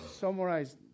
summarize